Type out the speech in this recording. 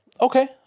okay